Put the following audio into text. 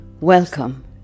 welcome